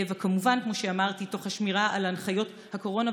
וכמובן, כמו שאמרתי, תוך שמירה על הנחיות הקורונה.